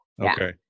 Okay